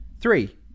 Three